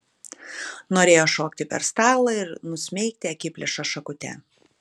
norėjo šokti per stalą ir nusmeigti akiplėšą šakute